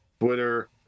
Twitter